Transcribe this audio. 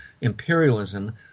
imperialism